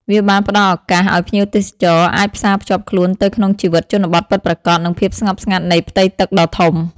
វាបានផ្ដល់ឱកាសឱ្យភ្ញៀវទេសចរអាចផ្សាភ្ជាប់ខ្លួនទៅក្នុងជីវិតជនបទពិតប្រាកដ និងភាពស្ងប់ស្ងាត់នៃផ្ទៃទឹកដ៏ធំ។